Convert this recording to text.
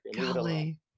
Golly